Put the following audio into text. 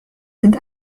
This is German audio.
sind